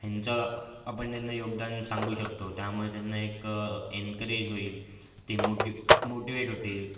हेंचा आपण त्यांना योगदान सांगू शकतो त्यामुळे त्यांना एक एन्करेज होईल ते मोटी मोटिवेट होतील